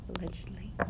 Allegedly